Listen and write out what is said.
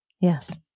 Yes